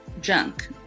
junk